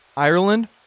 Ireland